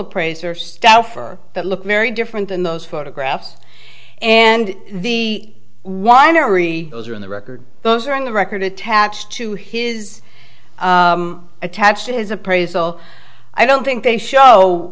appraiser staffer that looks very different than those photographs and the winery those are in the record those are on the record attached to his attach to his appraisal i don't think they show